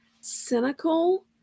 cynical